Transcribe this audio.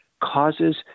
causes